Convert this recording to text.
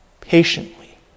patiently